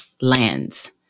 lands